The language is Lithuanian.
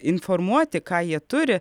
informuoti ką jie turi